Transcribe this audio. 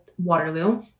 waterloo